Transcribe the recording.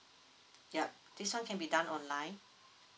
yup this one can be done online